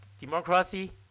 democracy